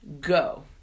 go